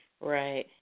Right